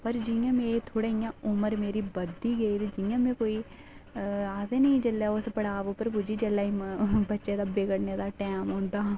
पर जि'यां में इ'यां थोह्ड़े उम्र बधदी गेई जि'यां में कोई आखदे निं जेल्लै उस पड़ाव उप्पर पुज्जी जेल्लै बच्चे दा बिगड़ने दा टैम औंदा हा